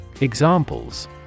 Examples